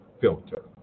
filter